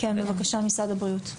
כן בבקשה משרד הבריאות.